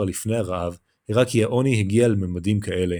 לפני הרעב הראה כי העוני הגיע לממדים כאלה,